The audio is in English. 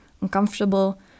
uncomfortable